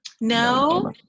No